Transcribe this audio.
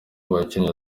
bakinnyi